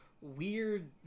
weird